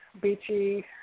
beachy